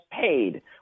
paid